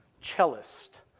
cellist